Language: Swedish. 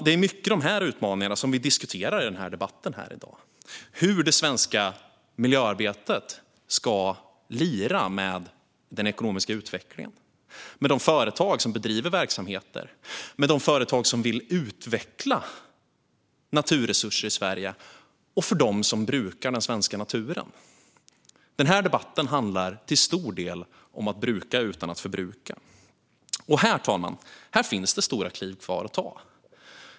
Det är mycket dessa utmaningar som vi diskuterar i den här debatten: Hur ska det svenska miljöarbetet lira med den ekonomiska utvecklingen, med de företag som bedriver verksamheter, med de företag som vill utveckla naturresurser i Sverige och för dem som brukar den svenska naturen? Den här debatten handlar till stor del om att bruka utan att förbruka, och här, fru talman, finns det stora kliv kvar att ta.